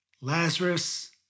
Lazarus